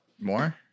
More